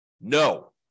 no